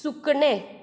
सुकणें